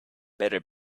better